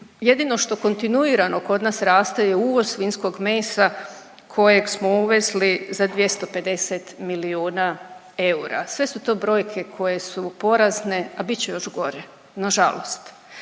jedino što kontinuirano kod nas raste je uvoz svinjskog mesa kojeg smo uvezli za 250 milijuna eura. Sve su to brojke koje su porazne, a bit će još gore nažalost